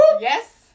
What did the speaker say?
Yes